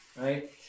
right